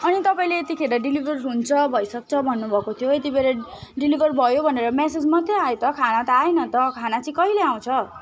अनि तपाईँले यतिखेर डेलिभर हुन्छ भइसक्छ भन्नु भएको थियो यतिबेर डेलिभर भयो भनेर म्यासेज मात्रै आयो त खाना त आएन त खाना चाहिँ कहिले आउँछ